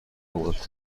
کمک